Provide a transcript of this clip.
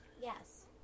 Yes